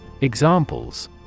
Examples